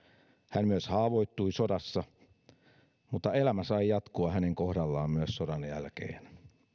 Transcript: hän myös haavoittui sodassa mutta elämä sai jatkua hänen kohdallaan myös sodan jälkeen